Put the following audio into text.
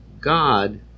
God